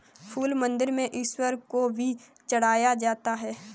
फूल मंदिरों में ईश्वर को भी चढ़ाया जाता है